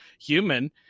human